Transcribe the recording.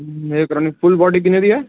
मेरे कन्ने full body किन्ने दी ऐ